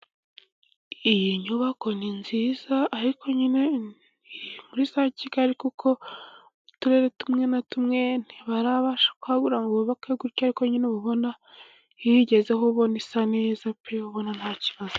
Iyi nyubako ni nziza ariko nyine iri muri za Kigali, kuko uturere tumwe na tumwe ntibarabasha kuhagura ngo bubake gutyo. Ariko nyine uba ubona iyo uyigezeho ubona isa neza pe, ubona nta kibazo.